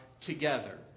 together